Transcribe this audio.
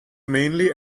mainly